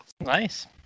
Nice